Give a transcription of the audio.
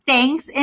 Thanks